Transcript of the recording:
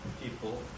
people